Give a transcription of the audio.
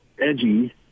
Edgy